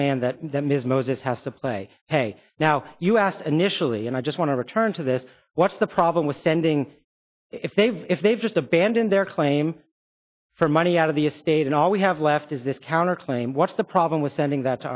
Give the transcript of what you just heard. plan that that ms moses has to play pay now you asked an initially and i just want to return to this what's the problem with sending if they've if they've just abandoned their claim for money out of the estate and all we have left is this counter claim what's the problem with sending that